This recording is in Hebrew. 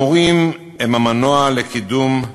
המורים הם המנוע לקידום,